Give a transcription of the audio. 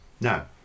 No